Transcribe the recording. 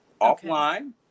offline